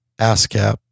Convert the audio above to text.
ASCAP